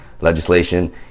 legislation